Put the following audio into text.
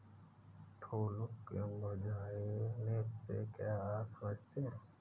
फूलों के मुरझाने से क्या आप समझते हैं?